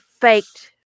faked